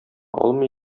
алмый